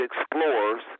explorers